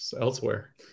Elsewhere